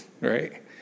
right